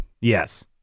Yes